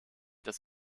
das